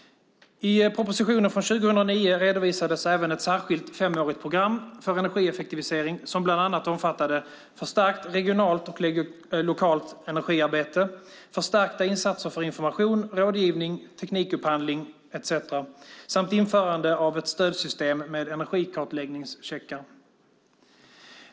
I propositionen från 2009 redovisades även ett särskilt femårigt program för energieffektivisering som bland annat omfattade förstärkt regionalt och lokalt energiarbete, förstärkta insatser för information, rådgivning, teknikupphandling etcetera samt införande av ett stödsystem med energikartläggningscheckar.